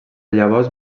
llavors